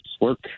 work